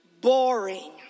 boring